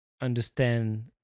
understand